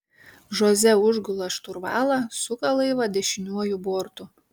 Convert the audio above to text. žoze užgula šturvalą suka laivą dešiniuoju bortu